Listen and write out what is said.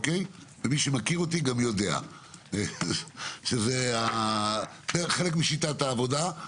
ומי שמכיר אותי יודע שזה חלק משיטת העבודה שלי.